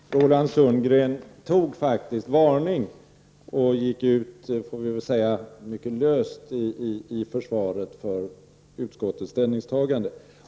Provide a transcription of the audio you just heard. Herr talman! Jag konstaterar att Roland Sundgren faktiskt tog varning och gick ut mycket löst, får vi väl säga, i försvaret för utskottets ställningstagande.